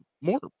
more